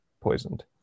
poisoned